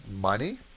Money